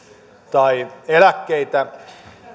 tai eläkkeitä